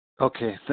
Okay